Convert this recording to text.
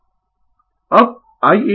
Refer slide Time 1225 अब IabY abVfg